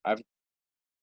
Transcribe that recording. I'm